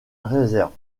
réserve